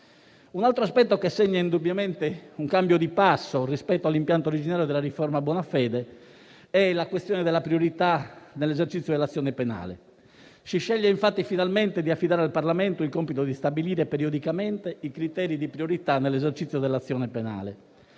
Un altro aspetto che segna indubbiamente un cambio di passo rispetto all'impianto originario della riforma Bonafede è la questione della priorità nell'esercizio dell'azione penale. Si sceglie infatti, finalmente, di affidare al Parlamento il compito di stabilire periodicamente i criteri di priorità nell'esercizio dell'azione penale.